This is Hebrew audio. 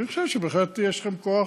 אני חושב שבהחלט יש לכם כוח.